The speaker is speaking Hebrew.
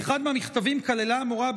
באחד מהמכתבים כללה המורה,